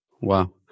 Wow